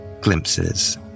glimpses